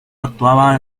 actuaba